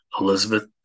Elizabeth